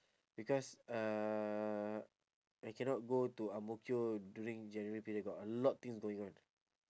because uh I cannot go to ang mo kio during january period got a lot things going on